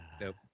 Nope